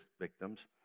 victims